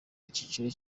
igiciro